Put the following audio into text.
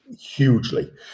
hugely